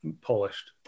Polished